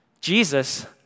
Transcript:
Jesus